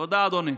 תודה, אדוני.